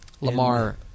Lamar